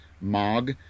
Mog